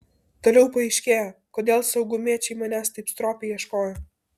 toliau paaiškėjo kodėl saugumiečiai manęs taip stropiai ieškojo